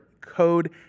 code